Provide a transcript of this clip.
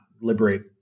liberate